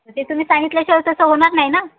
ते तुम्ही सांगितल्याशिवाय तसं होणार नाही ना